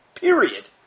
Period